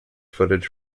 footage